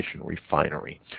refinery